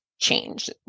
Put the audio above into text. change